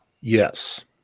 Yes